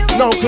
no